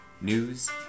news